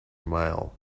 mile